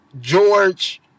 George